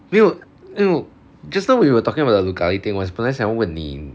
没有没有 just now we were talking about the lucari thing 我本来想问你